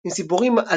עם סיפורים על